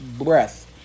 breath